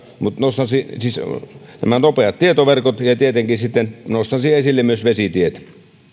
mutta nostan siis esille nämä nopeat tietoverkot ja ja tietenkin nostan esille myös vesitiet